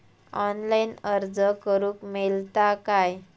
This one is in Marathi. ऑनलाईन अर्ज करूक मेलता काय?